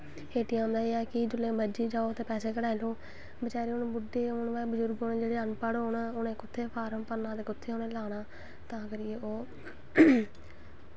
ए T M एह् ऐ कि जिसले मर्जी होऐ पैसे कड़हाई लैओ बचैरे बजुर्ग होन बुड्डे होन अनपढ़ उ'नैं कुत्थें फार्म भरना ते कुत्थें उ'नैं लाना तां करियै ओह्